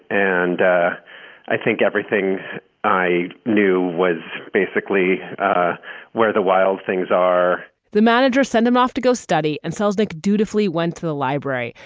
and i think everything i knew was basically where the wild things are the manager sent him off to go study, and selznick dutifully went to the library,